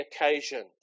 occasion